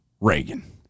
Reagan